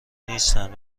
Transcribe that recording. نیستن